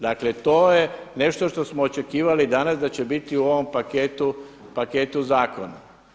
Dakle, to je nešto što smo očekivali danas da će biti u ovom paketu zakona.